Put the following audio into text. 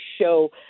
show